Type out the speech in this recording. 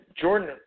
Jordan